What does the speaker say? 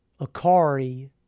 Akari